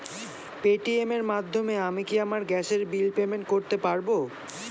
Paytm এর মাধ্যমে আমি কি আমার গ্যাসের বিল পেমেন্ট করতে পারব?